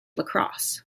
lacrosse